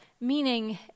meaning